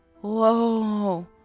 Whoa